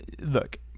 look